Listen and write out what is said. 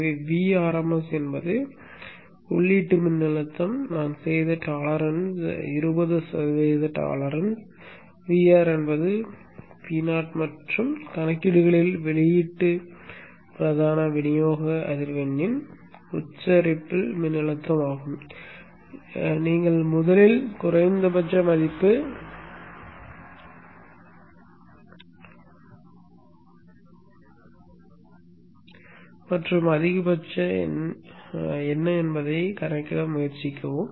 எனவே Vrms என்பது உள்ளீட்டு மின்னழுத்தம் நான் செய்த டோலெரான்ஸ் இருபது சதவிகித டோலெரான்ஸ் Vr என்பது ஆற்றல் Po மற்றும் கணக்கீடுகளில் வெளியீட்டு பிரதான விநியோக அதிர்வெண்ணின் உச்ச ரிப்பில் மின்னழுத்தம் ஆகும் நீங்கள் முதலில் குறைந்தபட்ச மதிப்பு மற்றும் அதிகபட்சம் என்ன என்பதைக் கணக்கிட முயற்சிக்கவும்